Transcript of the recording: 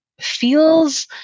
feels